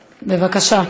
בבקשה.